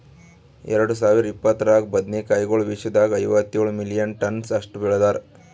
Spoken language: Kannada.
ಎರಡು ಸಾವಿರ ಇಪ್ಪತ್ತರಾಗ ಬದನೆ ಕಾಯಿಗೊಳ್ ವಿಶ್ವದಾಗ್ ಐವತ್ತೇಳು ಮಿಲಿಯನ್ ಟನ್ಸ್ ಅಷ್ಟು ಬೆಳದಾರ್